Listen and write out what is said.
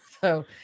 So-